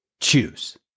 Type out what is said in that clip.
choose